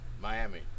Miami